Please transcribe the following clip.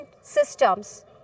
systems